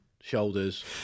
shoulders